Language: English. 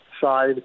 side